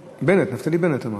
בנט, נפתלי בנט, אמרתי.